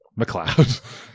McLeod